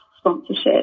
sponsorship